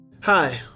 Hi